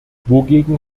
wogegen